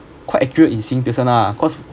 quite accurate in seeing this one lah because